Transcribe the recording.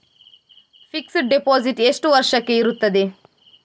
Fixed deposit ಎಷ್ಟು ವರ್ಷಕ್ಕೆ ಇರುತ್ತದೆ?